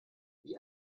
wie